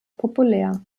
populär